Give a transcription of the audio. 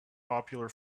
popular